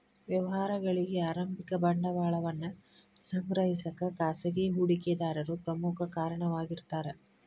ವ್ಯವಹಾರಗಳಿಗಿ ಆರಂಭಿಕ ಬಂಡವಾಳವನ್ನ ಸಂಗ್ರಹಿಸಕ ಖಾಸಗಿ ಹೂಡಿಕೆದಾರರು ಪ್ರಮುಖ ಕಾರಣವಾಗಿರ್ತಾರ